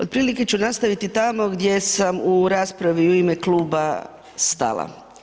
Otprilike ću nastaviti tamo gdje sam u raspravu u ime kluba stala.